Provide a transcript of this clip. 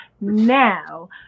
Now